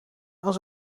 als